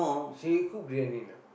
she can cook briyani or not